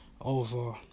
over